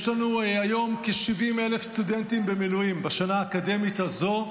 יש לנו היום כ-70,000 סטודנטים במילואים בשנה האקדמית הזו,